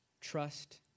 Trust